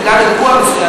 בגלל אירוע מסוים,